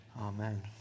Amen